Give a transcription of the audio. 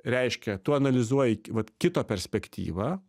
reiškia tu analizuoji vat kito perspektyvą